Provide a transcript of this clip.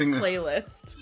playlist